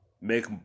Make